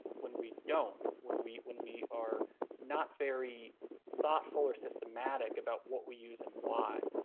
when we don't, when we when we are not very thoughtful or systematic about what we use and why,